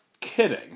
kidding